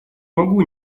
могу